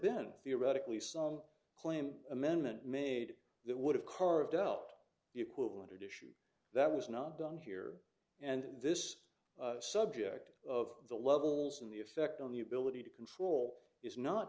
been theoretically some claim amendment made that would have carved out the equivalent edition that was not done here and this subject of the levels and the effect on the ability to control is not